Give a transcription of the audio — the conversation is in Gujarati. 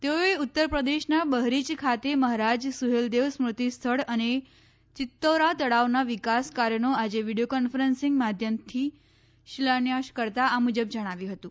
તેઓએ ઉત્તરપ્રદેશના બહરીય ખાતે મહારાજ સુહેલદેવ સ્મૃતિ સ્થળ અને ચિત્તૌરા તળાવના વિકાસ કાર્યોનો આજે વીડિયો કોન્ફરન્સીંગ માધ્યમથી શિલાન્યાસ કરતા આ મુજબ જણાવ્યું હતું